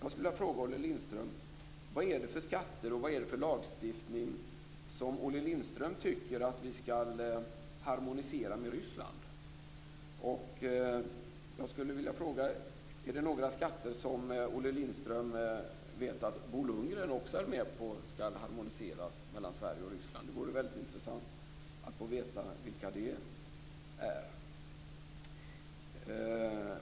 Jag skulle vilja fråga vad det är för skatter och vad det är för lagstiftning som Olle Lindström tycker att vi skall harmonisera med Rysslands. Är det några skatter som Olle Lindström vet att också Bo Lundgren tycker skall harmoniseras mellan Sverige och Ryssland? Det vore i så fall väldigt intressant att få veta vilka det är.